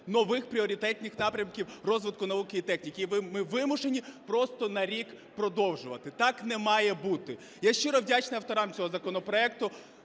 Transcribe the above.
нових пріоритетних напрямків розвитку науки і техніки і ми вимушені просто на рік продовжувати, так не має бути. Я щиро вдячний авторам цього законопроекту.